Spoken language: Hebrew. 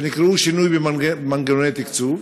שנקראו "שינוי במנגנוני תקצוב",